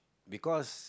because